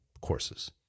courses